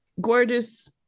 Gorgeous